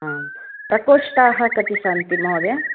आं प्रकोष्ठाः कति सन्ति महोदय